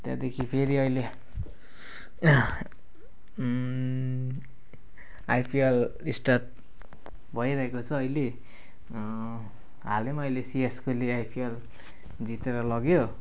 त्यहाँदेखि फेरि अहिले आइपिएल स्टार्ट भइरहेको छ अहिले हालैमा अहिले सिएसकेले आइपिएल जितेर लग्यो